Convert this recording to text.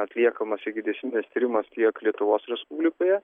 atliekamas ikiteisminis tyrimas tiek lietuvos respublikoje